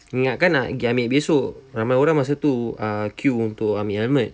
ingatkan nak pergi ambil besok ramai orang masa tu uh queue untuk ambil helmet